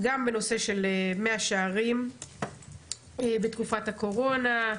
גם בנושא של מאה שערים בתקופת הקורונה,